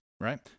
right